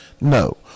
No